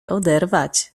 oderwać